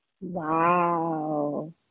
Wow